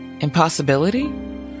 Impossibility